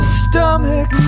stomach